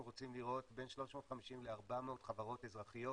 אנחנו רוצים לראות בין 350 ל-400 חברות אזרחיות.